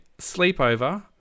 sleepover